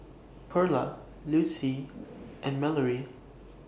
Perla Lucie and Mallorie